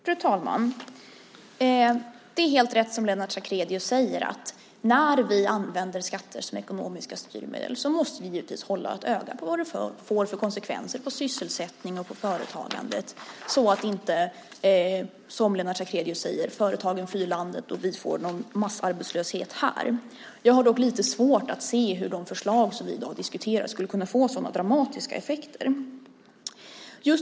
Fru talman! Det är helt rätt som Lennart Sacrédeus säger - när vi använder skatter som ekonomiska styrmedel måste vi givetvis hålla ett öga på vilka konsekvenser det får för sysselsättning och företagande. Det får inte bli så som Lennart Sacrédeus säger - att företagen flyr landet och vi får massarbetslöshet här. Jag har dock lite svårt att se hur de förslag som vi i dag diskuterar skulle kunna få så dramatiska effekter.